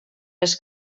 les